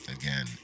again